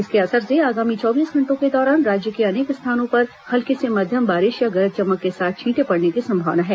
इसके असर से आगामी चौबीस घंटों के दौरान राज्य के अनेक स्थानों पर हल्की से मध्यम बारिश या गरज चमक के साथ छींटे पड़ने की संभावना है